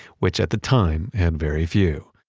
which at the time, had very few.